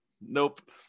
Nope